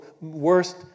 worst